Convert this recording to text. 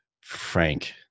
frank